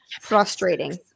frustrating